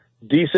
decent